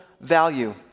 value